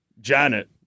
janet